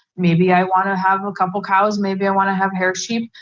maybe i want to have a couple cows, maybe i want to have hair sheep,